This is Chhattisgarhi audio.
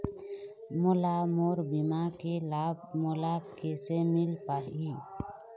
मोला मोर बीमा के लाभ मोला किसे मिल पाही?